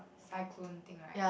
cyclone thing right